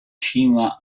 cima